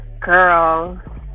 Girl